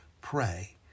pray